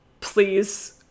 please